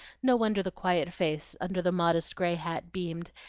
no wonder the quiet face under the modest gray hat beamed,